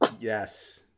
Yes